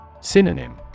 Synonym